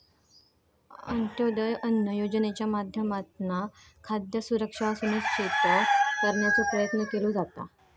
अंत्योदय अन्न योजनेच्या माध्यमातना खाद्य सुरक्षा सुनिश्चित करण्याचो प्रयत्न केलो जाता